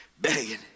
begging